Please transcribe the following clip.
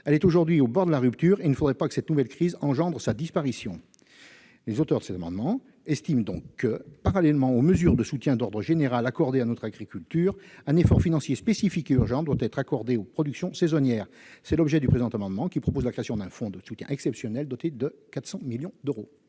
Elle est aujourd'hui au bord de la rupture et il ne faudrait pas que cette nouvelle crise engendre sa disparition. Les auteurs de cet amendement estiment donc que, parallèlement aux mesures de soutien d'ordre général prises en faveur de notre agriculture, un effort financier spécifique doit être consacré en urgence aux productions saisonnières. C'est l'objet du présent amendement, qui prévoit la création d'un fonds de soutien exceptionnel doté de 400 millions d'euros.